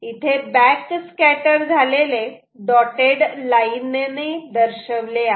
इथे बॅकस्कॅटर झालेले dotted line ने दर्शवले आहे